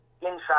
inside